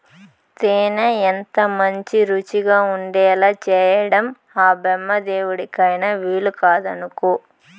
తేనె ఎంతమంచి రుచిగా ఉండేలా చేయడం ఆ బెమ్మదేవుడికైన వీలుకాదనుకో